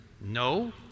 No